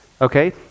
Okay